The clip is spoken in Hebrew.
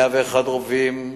101 רובים,